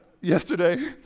yesterday